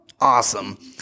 Awesome